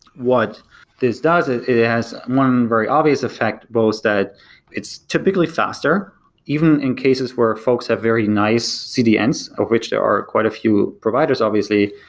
what this does is it has one very obvious effect both that it's typically faster even in cases where folks have very nice cdns, of which there are quite a few providers obviously.